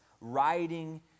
...riding